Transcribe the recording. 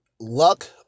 luck